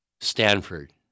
Stanford